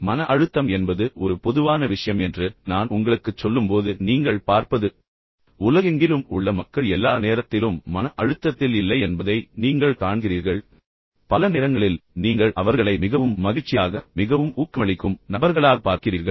ஆனால் மன அழுத்தம் என்பது ஒரு பொதுவான விஷயம் என்று நான் உங்களுக்குச் சொல்லும்போது நீங்கள் பார்ப்பது உலகெங்கிலும் உள்ள மக்கள் எல்லா நேரத்திலும் மன அழுத்தத்தில் இல்லை என்பதை நீங்கள் காண்கிறீர்கள் பின்னர் பெரும்பாலான நேரங்களில் நீங்கள் அவர்களை மிகவும் மகிழ்ச்சியாக மிகவும் ஊக்கமளிக்கும் மிகவும் ஊக்கமளிக்கும் நபர்களாக பார்க்கிறீர்கள்